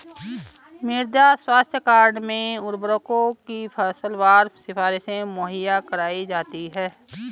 मृदा स्वास्थ्य कार्ड में उर्वरकों की फसलवार सिफारिशें मुहैया कराई जाती है